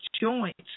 joints